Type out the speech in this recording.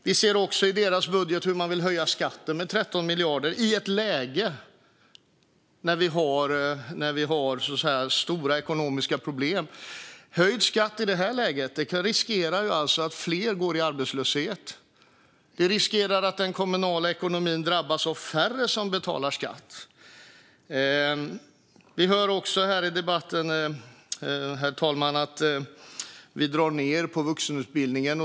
Vi ser också i deras budget hur man vill höja skatten med 13 miljarder i ett läge där vi har stora ekonomiska problem. Höjd skatt i detta läge riskerar att leda till att fler går ut i arbetslöshet. Det riskerar att leda till att den kommunala ekonomin drabbas, då det blir färre som betalar skatt. Vi hör här i debatten också att vi i regeringspartierna drar ned på vuxenutbildningen.